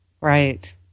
right